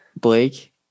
Blake